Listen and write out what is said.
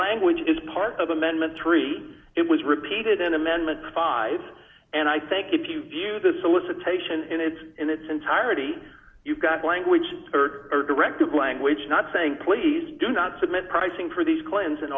language is part of amendment three dollars it was repeated in amendment five and i think if you view the solicitation in its in its entirety you've got language or directive language not saying please do not submit pricing for these claims and